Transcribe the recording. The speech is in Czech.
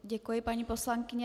Děkuji, paní poslankyně.